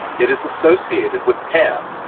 it is associated with pan,